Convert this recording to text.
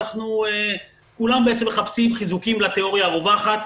כולם בעצם מחפשים חיזוקים לתיאוריה הרווחת.